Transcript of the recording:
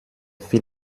viel